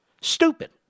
Stupid